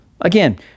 Again